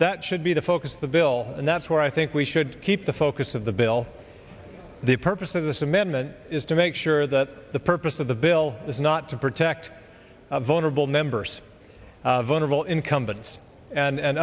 that should be the focus of the bill and that's where i think we should keep the focus of the bill the purpose of this amendment is to make sure that the purpose of the bill is not to protect vulnerable members vulnerable incumbents and